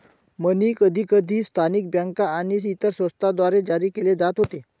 मनी कधीकधी स्थानिक बँका आणि इतर संस्थांद्वारे जारी केले जात होते